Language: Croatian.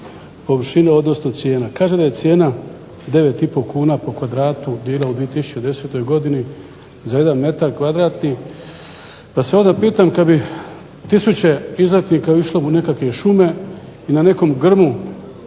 površina odnosno cijena. Kaže da je cijena 9,5 kuna po kvadratu bila u 2010. godini za jedan metar kvadratni, pa se onda pitam kada bi tisuće izletnika išlo u nekakve šume i na nekom grmu